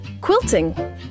Quilting